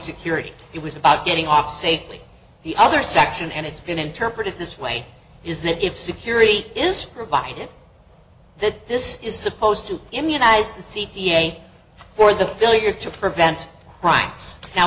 security it was about getting off say the other section and it's been interpreted this way is that if security is provided that this is supposed to immunize the c t a for the failure to prevent crime now